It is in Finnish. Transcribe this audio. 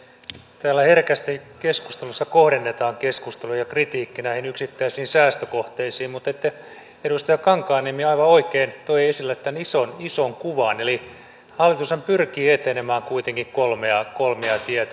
täällä herkästi keskustelussa kohdennetaan keskustelu ja kritiikki näihin yksittäisiin säästökohteisiin mutta edustaja kankaanniemi aivan oikein toi esille tämän ison kuvan eli hallitushan pyrkii etenemään kuitenkin kolmea tietä